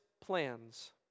plans